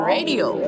Radio